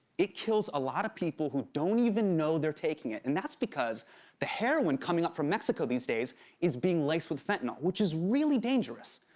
it kills a lot of people who don't even know they're taking it. and that's because the heroin coming up from mexico these days is being laced with fentanyl, which is really dangerous.